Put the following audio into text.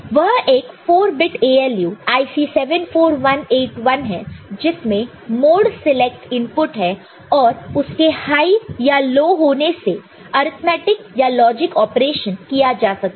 वह एक 4 bit ALU IC 74181 है जिसमें मोड सिलेक्ट इनपुट है और उसके हाई या लो होने से अर्थमैटिक या लॉजिक ऑपरेशन किया जाता है